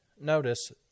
notice